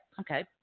Okay